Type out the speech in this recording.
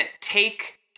take